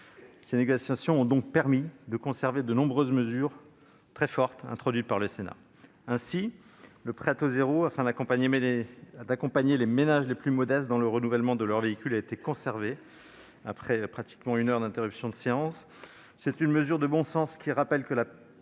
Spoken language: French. Ces négociations ont donc permis de conserver de nombreuses mesures très fortes introduites par le Sénat. Ainsi, le prêt à taux zéro destiné à accompagner les ménages les plus modestes dans le renouvellement de leurs véhicules a été conservé, après presque une heure d'interruption de séance. Il s'agit d'une mesure de bon sens : personne ne